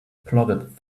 plodded